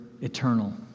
eternal